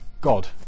god